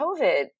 COVID